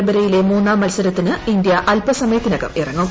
പരമ്പരയിലെ മൂന്നാം മത്സരത്തിന് ഇന്ത്യ അൽപ്പസമയത്തിനകം ഇറങ്ങും